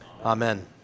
Amen